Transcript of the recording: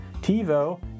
TiVo